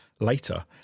later